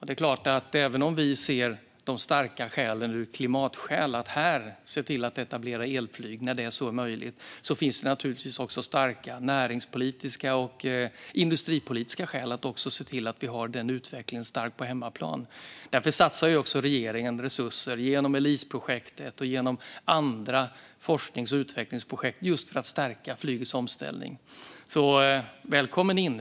Det är klart att även om vi ser starka klimatskäl att se till att här etablera elflyg när det är möjligt finns det naturligtvis också starka näringspolitiska och industripolitiska skäl att se till att vi har denna utveckling på hemmaplan. Därför satsar regeringen resurser genom Eliseprojektet och genom andra forsknings och utvecklingsprojekt just för att stärka flygets omställning. Välkommen in!